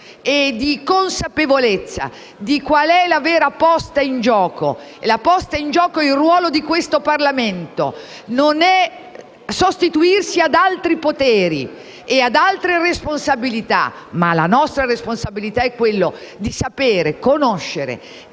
e di consapevolezza di qual è la vera posta in gioco, che è il ruolo di questo Parlamento e non il sostituirsi ad altri poteri e ad altre responsabilità. La nostra responsabilità è invece quella di sapere, conoscere